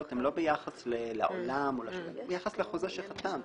הן לא ביחס לעולם אלא ביחס לחוזה שחתמת.